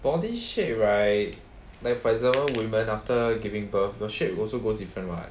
body shape right like for example women after giving birth the shape also goes different [what]